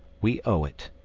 we owe it.